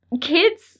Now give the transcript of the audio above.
kids